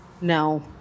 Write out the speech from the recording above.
No